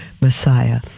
Messiah